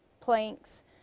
planks